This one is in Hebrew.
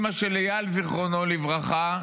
אימא של אייל זכרונו לברכה,